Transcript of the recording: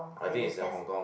I think it's in Hong-Kong